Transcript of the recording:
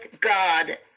god